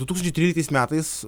du tūkstančiai tryliktais metais